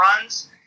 runs